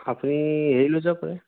আপুনি হেৰি লৈ যাব পাৰে